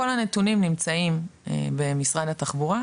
כל הנתונים נמצאים במשרד התחבורה,